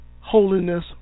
holiness